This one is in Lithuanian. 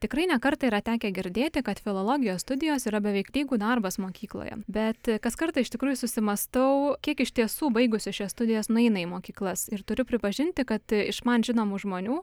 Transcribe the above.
tikrai ne kartą yra tekę girdėti kad filologijos studijos yra beveik lygu darbas mokykloje bet kaskart iš tikrųjų susimąstau kiek iš tiesų baigusių šias studijas nueina į mokyklas ir turiu pripažinti kad iš man žinomų žmonių